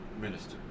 minister